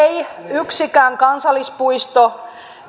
yksikään kansallispuisto